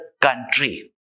country